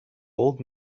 old